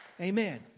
Amen